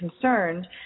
concerned